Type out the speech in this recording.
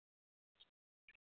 bed ଫେଡ଼୍ ଅଛି କି